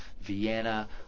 Vienna